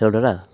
অঁ দাদা